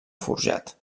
forjat